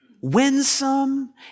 winsome